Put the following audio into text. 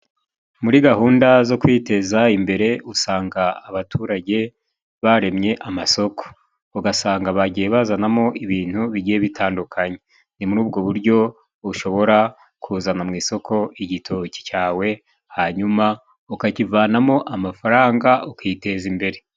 Muri gahunda zo kwiteza imbere usanga abaturage baremye amasoko, ugasanga bagiye bazanamo ibintu bigiye bitandukanye ni muri ubwo buryo ushobora kuzana mu isoko igitoki cyawe, hanyuma ukakivanamo amafaranga ukiteza imbere.